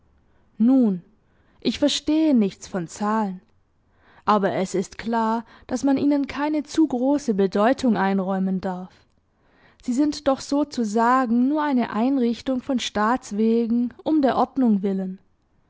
nun ich verstehe nichts von zahlen aber es ist klar daß man ihnen keine zu große bedeutung einräumen darf sie sind doch sozusagen nur eine einrichtung von staats wegen um der ordnung willen